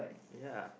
ya